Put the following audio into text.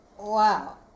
Wow